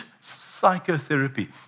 psychotherapy